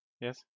yes